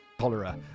cholera